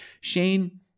Shane